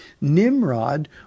Nimrod